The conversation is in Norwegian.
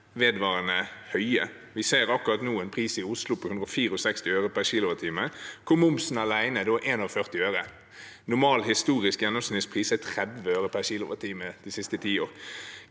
vedvarende høye. Vi ser akkurat nå en pris i Oslo på 164 øre per kWh, hvor momsen alene er 41 øre. Normal historisk gjennomsnittspris er 30 øre per kWh de siste ti år.